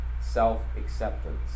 self-acceptance